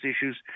issues